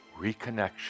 reconnection